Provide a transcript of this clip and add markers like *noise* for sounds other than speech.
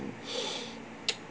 *breath* *noise*